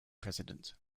president